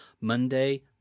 Monday